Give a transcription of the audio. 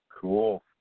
Cool